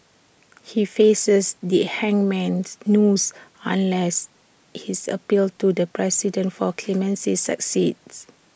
he faces the hangman's noose unless his appeal to the president for clemency succeeds